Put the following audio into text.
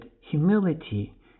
humility